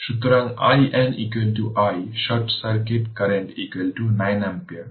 সুতরাং IN i short circuit current 9 ampere